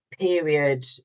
Period